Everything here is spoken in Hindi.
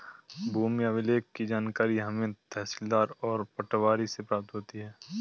भूमि अभिलेख की जानकारी हमें तहसीलदार और पटवारी से प्राप्त होती है